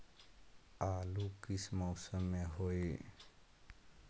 आलू किस मौसम में होई?